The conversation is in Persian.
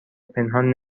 پنهان